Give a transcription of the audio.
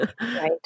Right